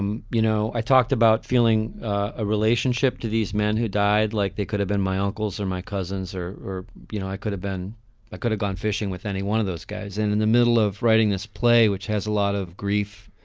um you know, i talked about feeling a relationship to these men who died like they could have been my uncles or my cousins or, you know, i could have been i could have gone fishing with any one of those guys in and the middle of writing this play, which has a lot of grief